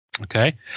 Okay